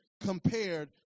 compared